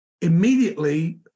immediately